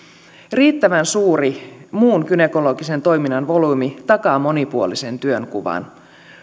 riittävän suuri muun gynekologisen toiminnan volyymi takaa monipuolisen työnkuvan